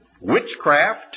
witchcraft